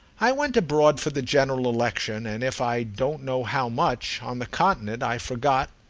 i went abroad for the general election, and if i don't know how much, on the continent, i forgot,